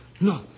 No